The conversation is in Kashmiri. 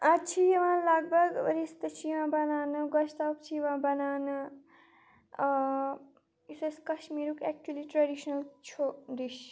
اَتھ چھِ یِوان لَگ بھگ رِستہٕ چھِ یِوان بَناونہٕ گۄشتاب چھِ یِوان بَناونہٕ ٲں یُس اسہِ کَشمیٖرُک ایٚکچؤلی ٹرٛیٚڈِشںَل چھُ ڈِش